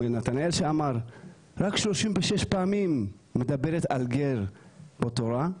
נתנאל שאמר רק 36 פעמים מדברת על גר בתורה,